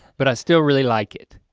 but i still really like it.